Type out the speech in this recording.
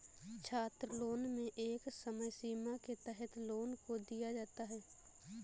छात्रलोन में एक समय सीमा के तहत लोन को दिया जाता है